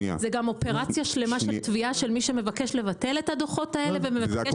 זה גם אופרציה שלמה של מי שמבקש לבטל את הדוחות האלה ומבקש